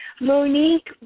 Monique